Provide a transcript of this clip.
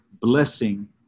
blessing